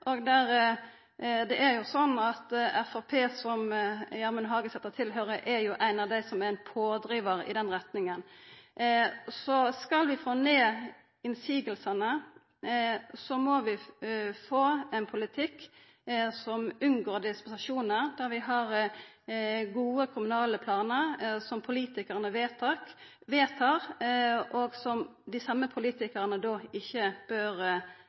Det er jo sånn at Framstegspartiet, som Gjermund Hagesæter tilhøyrer, er pådrivar i den retninga. Skal vi få ned motsegnene, må vi få ein politikk som unngår dispensasjonar, med gode kommunale planar som politikarane vedtar, og som dei same politikarane ikkje bør